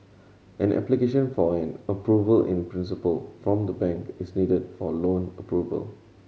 an application for an approval in principle from the bank is needed for loan approval